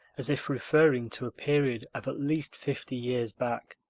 as if referring to a period of at least fifty years back.